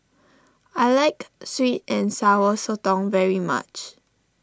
I like Sweet and Sour Sotong very much